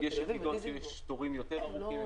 יש יחידות שיש תורים יותר ארוכים,